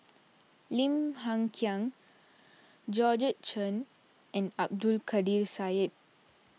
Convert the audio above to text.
Lim Hng Kiang Georgette Chen and Abdul Kadir Syed